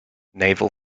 naval